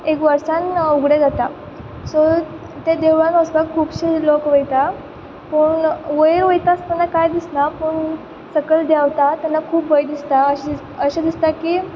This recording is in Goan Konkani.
एक वर्सान उगडें जाता सो ते देवळान वसपाक खुबशे लोक वयता पूण वयर वयता आसतना कांय दिसना पूण सकयल देंवता तेन्ना खूब भंय दिसता अशें दिस अशें दिसता की